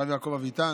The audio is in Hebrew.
הרב יעקב אביטן,